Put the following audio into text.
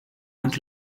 und